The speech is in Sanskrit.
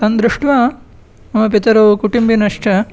तत्दृष्ट्वा मम पितरौ कुटुम्बिनश्च